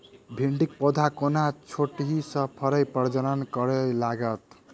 भिंडीक पौधा कोना छोटहि सँ फरय प्रजनन करै लागत?